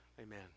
Amen